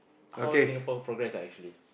how Singapore progress ah actually